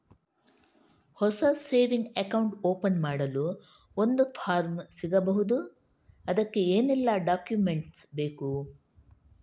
ಹೊಸ saving account open ಮಾಡಲು ಒಂದು ಫಾರ್ಮ್ ಸಿಗಬಹುದು? ಅದಕ್ಕೆ ಏನೆಲ್ಲಾ ಡಾಕ್ಯುಮೆಂಟ್ಸ್ ಬೇಕು?